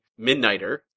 Midnighter